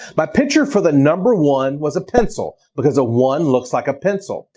my picture for the number one was a pencil, because a one looks like a pencil.